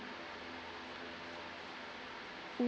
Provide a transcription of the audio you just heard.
mm